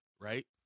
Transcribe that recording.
right